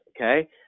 Okay